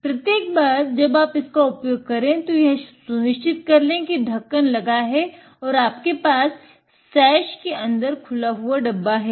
प्रत्येक बार जब आप इसका उपयोग करे तो यह सुनिश्चित करे कि ढक्कन लगा है और आपके पास सैश के अंदर खुला हुआ डब्बा है